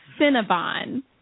Cinnabon